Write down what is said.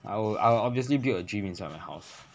I will I will obviously build a gym inside my house